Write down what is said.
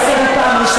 אני קוראת אותך,